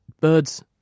birds